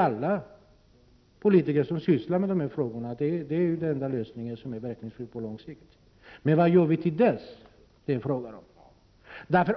Alla politiker som arbetar med denna fråga vet att detta är den enda lösningen som är verkningsfull på lång sikt. Men vad skall man göra till dess?